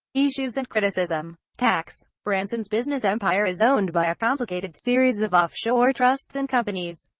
issues and criticism tax branson's business empire is owned by a complicated series of offshore trusts and companies.